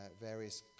various